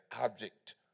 object